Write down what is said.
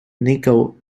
nickel